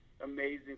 amazing